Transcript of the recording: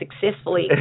successfully